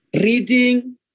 reading